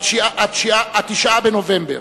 ב-9 בנובמבר.